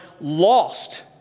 lost